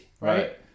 right